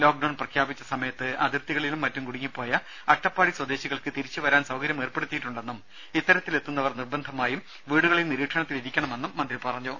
lock down പ്രഖ്യാപിച്ച സമയത്ത് അതിർത്തികളിലും മറ്റും കുടുങ്ങിപ്പോയ അട്ടപ്പാടി സ്വദേശികൾക്ക് തിരിച്ചുവരാൻ സൌകര്യം ഏർപ്പെടുത്തിയിട്ടുണ്ടെന്നും ഇത്തരത്തിൽ എത്തുന്നവർ നിർബന്ധമായും വീടുകളിൽ നിരീക്ഷണത്തിൽ ഇരിക്കണമെന്നും മന്ത്രി പറഞ്ഞു